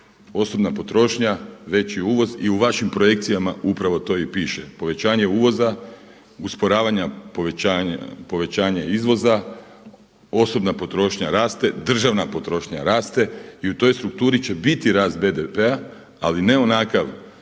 Osobna potrošnja, veći uvoz i u vašim projekcijama upravo to i piše povećanje uvoza, usporavanja povećanje izvoza, osobna potrošnja raste, državna potrošnja raste. I u toj strukturi će biti rast BDP-a ali ne onakav